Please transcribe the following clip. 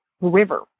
River